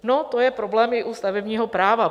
No, to je problém i u stavebního práva.